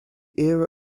era